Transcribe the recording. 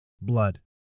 blood